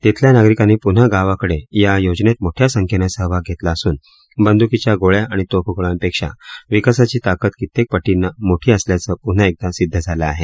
तिथल्या नागरिकांनी पुन्हा गावाकडे या योजनेत मोठ्या संख्येनं सहभाग घेतला असून बंदुकीच्या गोळ्या आणि तोफगोळ्यांपेक्षा विकासाची ताकद कित्येक पटींनी मोठी असल्याचं पुन्हा एकदा सिद्ध झालं आहे